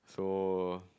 so